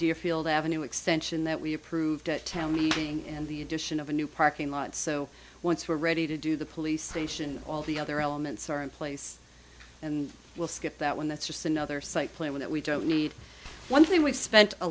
deerfield avenue extension that we approved at town meeting and the addition of a new parking lot so once we're ready to do the police station all the other elements are in place and we'll skip that one that's just another site plan one that we don't need one thing we've spent a